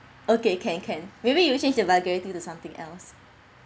okay can can maybe you will change the vulgarity to something else